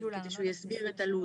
כדי שהוא יסביר את הלו"ז.